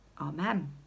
Amen